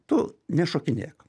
tu nešokinėk